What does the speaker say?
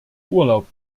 urlaub